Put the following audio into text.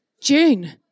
June